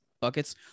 buckets